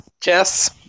Jess